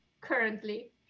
currently